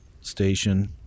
station